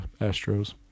Astros